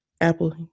Apple